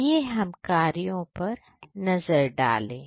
आइए हम कार्यो पर नजर डालें